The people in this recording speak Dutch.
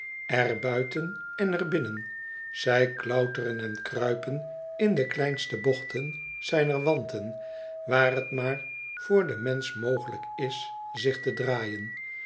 buiten en er binnen zij klauteren en kruipen in do kleinste bochten zijner wanten waar t maar voor den mensch mogelijk is zich te draaien